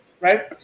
Right